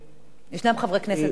ישנם חברי כנסת,